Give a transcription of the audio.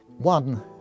One